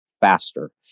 faster